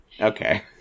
Okay